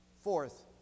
fourth